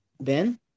Ben